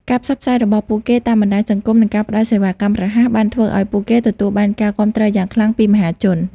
ការផ្សព្វផ្សាយរបស់ពួកគេតាមបណ្ដាញសង្គម និងការផ្តល់សេវាកម្មរហ័ស បានធ្វើឱ្យពួកគេទទួលបានការគាំទ្រយ៉ាងខ្លាំងពីមហាជន។